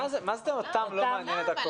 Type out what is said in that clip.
מה זה אותם לא מעניינת הקורונה?